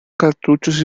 cartuchos